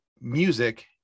music